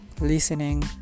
listening